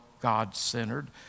God-centered